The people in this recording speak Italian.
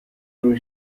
noi